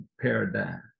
paradigm